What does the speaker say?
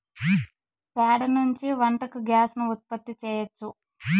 ప్యాడ నుంచి వంటకు గ్యాస్ ను ఉత్పత్తి చేయచ్చు